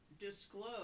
disclose